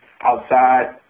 outside